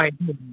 ITI में